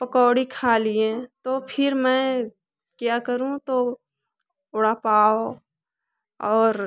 पकौड़ी खा लिए तो फिर मैं क्या करूँ तो बड़ा पाव और